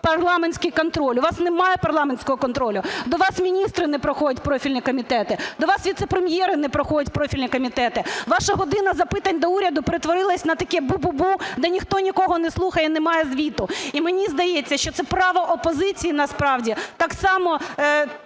парламентський контроль. У вас немає парламентського контролю. До вас міністри не приходять в профільні комітети, до вас віце-прем'єри не приходять в комітети. Ваша "година запитань до Уряду" перетворилась на таке "бу-бу-бу", де ніхто нікого не слухає і не має звіту. І мені здається, що це право опозиції насправді так само